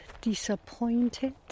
disappointed